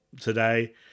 today